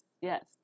yes